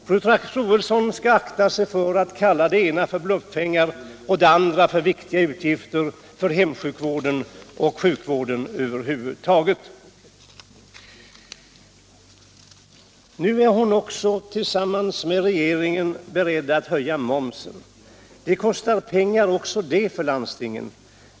Fru Troedsson skall akta sig för att kalla det ena för bluffpengar och det andra för viktiga utgifter för hemsjukvården och sjukvården över huvud taget. Nu är hon också, tillsammans med den övriga regeringen, beredd att höja momsen. Också det kostar pengar för landstingen.